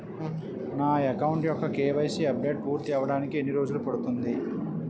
నా అకౌంట్ యెక్క KYC updation పూర్తి అవ్వడానికి ఎన్ని రోజులు పడుతుంది?